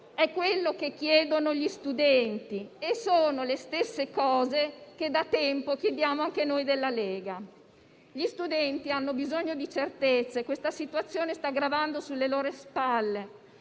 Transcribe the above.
è ciò che chiedono gli studenti e sono le stesse cose che da tempo chiediamo anche noi della Lega. Gli studenti hanno bisogno di certezze; questa situazione sta gravando sulle loro spalle,